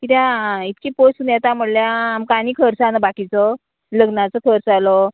कित्याक आं इतकी पयसून येता म्हळ्यार आमकां आनी खर्च आहा न्हू बाकीचो लग्नाचो खर्च आयलो